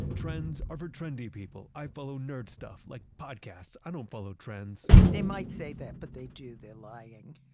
trends are for trendy people. i follow nerd stuff, like podcasts! i don't follow trends! they might say that, but they do, they're lying